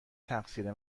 تقصیر